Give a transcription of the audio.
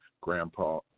grandpa